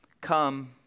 Come